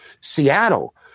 Seattle